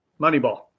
Moneyball